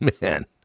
Man